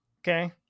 Okay